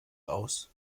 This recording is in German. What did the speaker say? aus